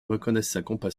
reconnaissent